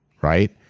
Right